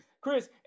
Chris